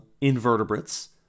invertebrates